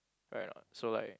correct or not so like